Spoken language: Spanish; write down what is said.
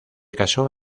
casó